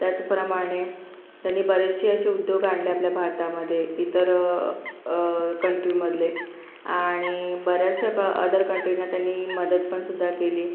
त्याचप्रमाणे त्यांनी बरेचसे असे उद्योग आणले आपल्या भारतामध्ये इतर कंट्रीमधले आणि बऱ्याचशा अदर कंट्रीना त्यांनी मदतपणसुद्धा केली